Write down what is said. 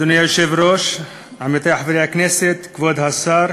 אדוני היושב-ראש, עמיתי חברי הכנסת, כבוד השר,